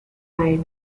side